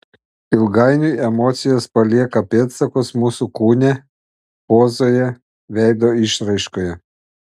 ilgainiui emocijos palieka pėdsakus mūsų kūne pozoje veido išraiškoje